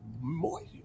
Moist